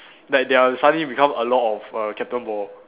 like there are suddenly become a lot of err captain ball